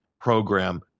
program